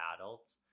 adults